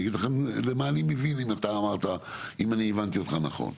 ואני אגיד לך למה אני מבין אם אני הבנתי אותך נכון.